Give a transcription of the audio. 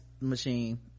machine